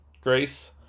Grace